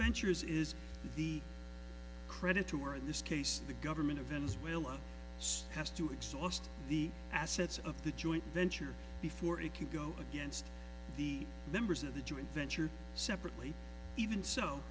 ventures is the credit to or in this case the government of venezuela has to exhaust the assets of the joint venture before it could go against the members of the joint venture separately even so